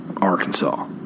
Arkansas